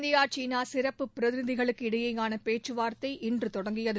India சீனா சிறப்பு பிரதிநிதிகளுக்கு இடையேயான பேச்சுவார்த்தை இன்று தொடங்கியது